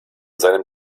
seinem